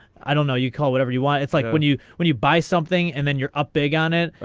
i don't know you call whatever you want it's like when you. when you buy something and then you're up big on it.